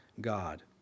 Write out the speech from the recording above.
God